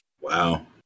wow